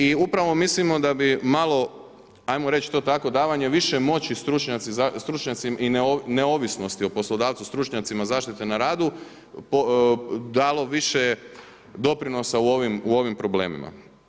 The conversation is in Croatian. I upravo mislimo da bi malo, ajmo reć to tako, davanje više moći stručnjacima i neovisnosti o poslodavcu stručnjacima zaštite na radu, dalo više doprinosa u ovim problemima.